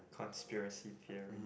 conspiracy theory